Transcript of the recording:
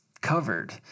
covered